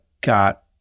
got